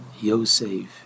Yosef